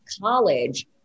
college